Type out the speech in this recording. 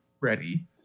ready